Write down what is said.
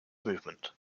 movement